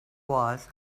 was